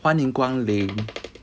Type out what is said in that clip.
欢迎光临